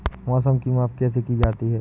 मौसम की माप कैसे की जाती है?